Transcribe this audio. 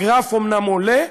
הגרף אומנם עולה,